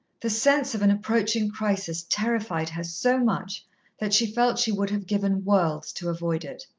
the sense of an approaching crisis terrified her so much that she felt she would have given worlds to avoid it.